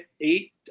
eight